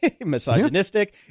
misogynistic